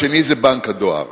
השני, בנק הדואר.